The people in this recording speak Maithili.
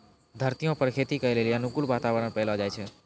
धरतीये पर खेती करै लेली अनुकूल वातावरण पैलो जाय छै